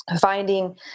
finding